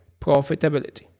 profitability